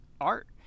art